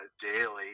daily